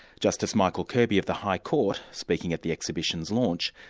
justice michael kirby of the high court, speaking at the exhibition's launch,